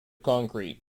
concrete